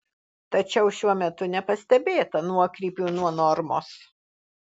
tačiau šiuo metu nepastebėta nuokrypių nuo normos